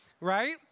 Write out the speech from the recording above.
right